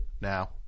now